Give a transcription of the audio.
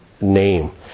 name